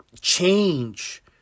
change